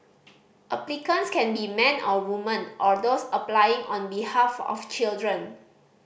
applicants can be men or woman or those applying on behalf of children